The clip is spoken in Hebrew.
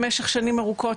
במשך שנים ארוכות,